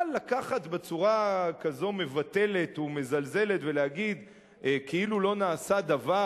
אבל לקחת בצורה כזאת מבטלת ומזלזלת ולהגיד כאילו לא נעשה דבר,